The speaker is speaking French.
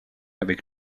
avec